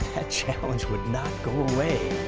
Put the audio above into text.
that challenge would not go away.